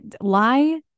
Lie